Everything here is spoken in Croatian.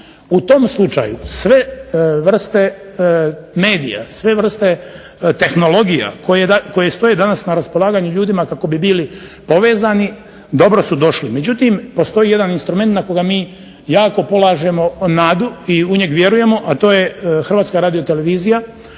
U tom slučaju sve vrste medija, sve vrste tehnologija koje danas stoje ljudima na raspolaganju kako bi bili povezani, dobro su došli. Međutim postoji jedan instrument na koga mi jako polažemo nadu i u njega vjerujemo, a to je Hrvatska radiotelevizija